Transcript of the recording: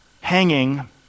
hanging